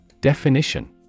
Definition